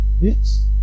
Yes